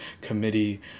committee